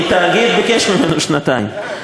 כי התאגיד ביקש ממנו שנתיים.